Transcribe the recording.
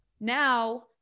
Now